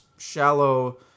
Shallow